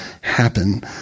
happen